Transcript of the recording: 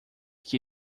que